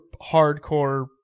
hardcore